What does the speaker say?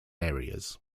areas